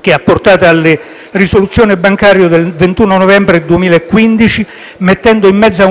che ha portato alle risoluzioni bancarie del 21 novembre 2015, mettendo in mezzo ad una strada 130.000 famiglie,